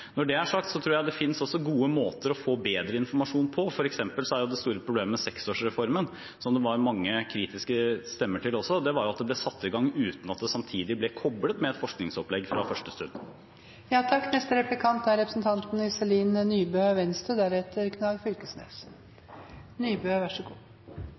Når det er sagt, tror jeg også det finnes gode måter å få bedre informasjon på. For eksempel er det store problemet med 6-åringsreformen, som det var mange kritiske stemmer til, at den ble satt i gang uten at den samtidig ble koblet med et forskningsopplegg fra første stund. Statsråden og Venstre er